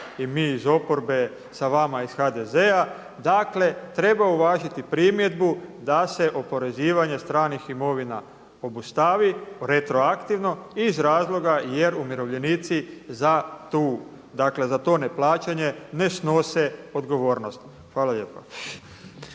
i mi iz oporbe sa vama iz HDZ-a. Dakle, treba uvažiti primjedbu da se oporezivanje stranih imovina obustavi retroaktivno iz razloga jer umirovljenici za tu, dakle za to neplaćanje ne snose odgovornost. Hvala lijepa.